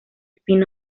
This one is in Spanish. spin